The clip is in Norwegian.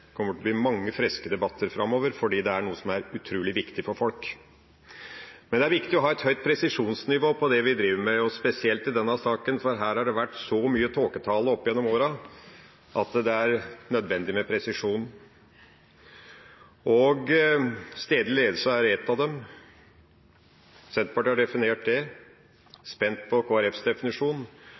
kommer det til å bli mange friske debatter framover, for dette er noe som er utrolig viktig for folk. Men det er viktig å ha et høyt presisjonsnivå på det vi driver med, og spesielt i denne saken, for her har det vært så mye tåketale opp gjennom årene at det er nødvendig med presisjon. Stedlig ledelse er en slik debatt. Senterpartiet har definert det, og jeg er spent på Kristelig Folkepartis definisjon.